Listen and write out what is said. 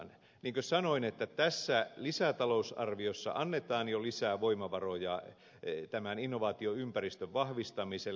niin kuin sanoin tässä lisätalousarviossa annetaan jo lisää voimavaroja tämän innovaatioympäristön vahvistamiselle